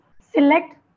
select